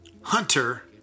Hunter